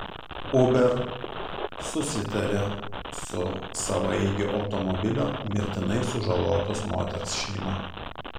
uber susitarė su savaeigio automobilio mirtinai sužalotos moters šeima